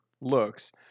looks